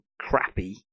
crappy